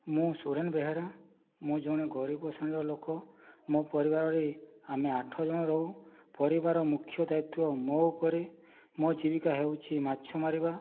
ମୁଁ ସୁରେନ ବେହେରା ମୁଁ ଜଣେ ଗରିବ ଶ୍ରେଣୀର ଲୋକ ମୋ ପରିବାରରେ ଆମେ ଆଠ ଜଣ ରହୁ ପରିବାର ମୁଖ୍ୟ ଦାୟିତ୍ଵ ମୋ ଉପରେ ମୋ ଜୀବିକା ହେଉଛି ମାଛ ମାରିବା